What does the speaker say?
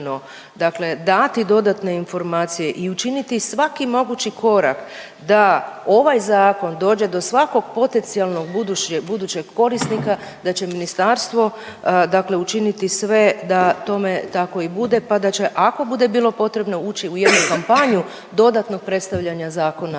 potrebno dati dodatne informacije i učiniti svaki mogući korak da ovaj zakon dođe do svakog potencijalnog budućeg korisnika da će ministarstvo učiniti sve da tome tako i bude, pa da će ako bude bilo potrebno ući u jednu kampanju dodatnog predstavljanja zakona